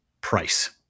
price